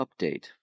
update